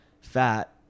fat